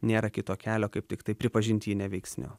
nėra kito kelio kaip tiktai pripažint jį neveiksniu